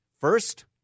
first